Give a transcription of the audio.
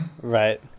right